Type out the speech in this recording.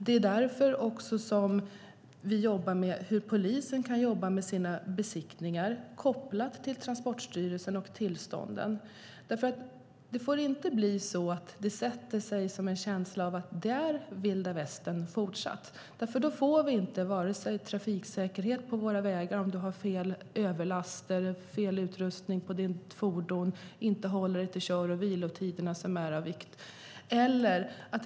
Det är också därför vi ser på hur polisen kan jobba med sina besiktningar kopplat till Transportstyrelsen och tillstånden. Det får inte bli så att det sätter sig en känsla av att det fortsatt är vilda västern, för då får vi en sämre trafiksäkerhet på våra vägar. Det kan handla om överlast eller fel utrustning på fordonet eller att man inte håller sig till kör och vilotiderna vilket är av vikt.